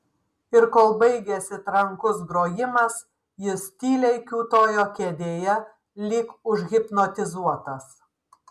ir kol baigėsi trankus grojimas jis tyliai kiūtojo kėdėje lyg užhipnotizuotas